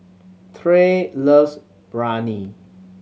Tre loves Biryani